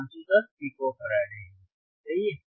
और 510 picofarad सही